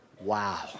wow